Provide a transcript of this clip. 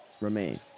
remain